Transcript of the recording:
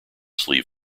sleeve